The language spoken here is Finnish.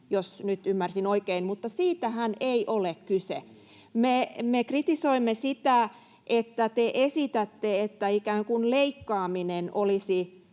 jos nyt ymmärsin oikein. Mutta siitähän ei ole kyse. Me kritisoimme sitä, että te esitätte, että ikään kuin leikkaaminen olisi